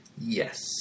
Yes